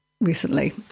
recently